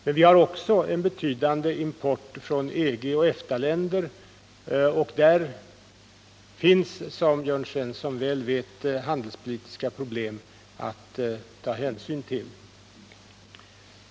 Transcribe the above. Men vi har också en betydande import från EG och EFTA-länder, och även där finns som Jörn Svensson väl vet handelspolitiska problem att ta hänsyn till.